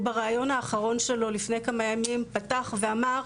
והוא בראיון האחרון שלו לפני כמה ימים פתח ואמר,